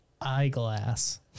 eyeglass